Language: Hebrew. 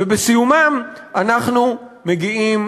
ובסיומם אנחנו מגיעים